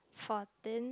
fourteen